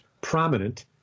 prominent